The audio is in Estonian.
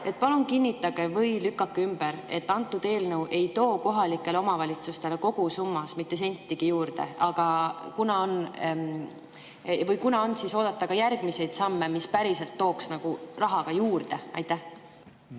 Palun kinnitage või lükake ümber, et see eelnõu ei too kohalikele omavalitsustele kogusummas mitte sentigi juurde. Millal on oodata samme, mis päriselt tooks raha ka juurde? Aitäh!